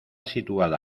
situada